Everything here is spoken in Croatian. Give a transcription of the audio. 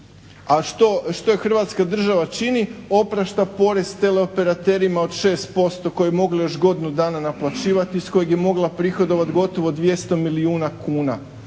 a što je Hrvatska država čini, oprašta prorez teleoperaterima od 6%, koje mogu još godinu dana naplaćivati, iz kojeg je mogla prihodovat gotovo 200 milijuna kuna.